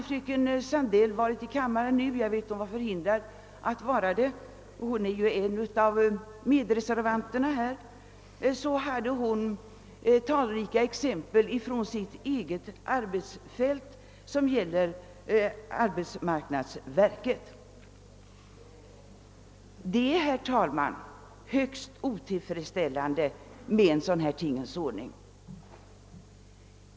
Fröken Sandell, som är en av reservanterna, är förhindrad att deltaga i debatten annars kunde hon ha anfört talrika exempel från sitt arbetsfält inom <arbetsmarknadsverkets område. Det är, herr talman, högst otillfredsställande med en sådan tingens ordning.